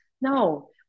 No